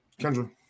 Kendra